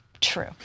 true